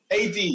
AD